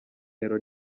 euro